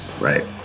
Right